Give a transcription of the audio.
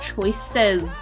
choices